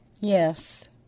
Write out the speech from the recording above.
Yes